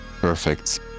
perfect